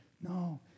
No